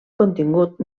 contingut